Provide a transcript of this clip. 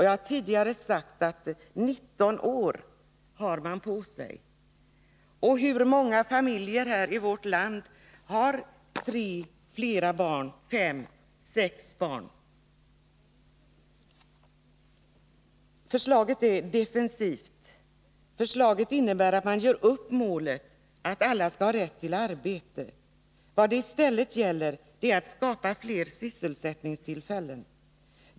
Jag har tidigare sagt att man har 19 år på sig. Och hur många familjer här i vårt land har tre eller flera barn? Förslaget är defensivt och innebär att man ger upp målet att alla skall ha rätt till arbete. Vad det i stället gäller är att skapa fler sysselsättningstillfällen.